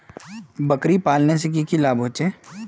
बकरी पालने से की की लाभ होचे?